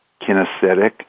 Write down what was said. kinesthetic